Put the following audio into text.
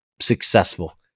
successful